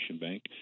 bank